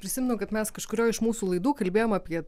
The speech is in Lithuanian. prisimenu kaip mes kažkurioj iš mūsų laidų kalbėjom apie